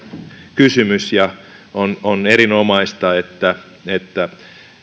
kysymys on on erinomaista että että